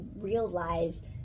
realize